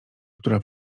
która